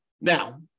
Now